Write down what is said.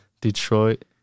Detroit